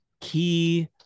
key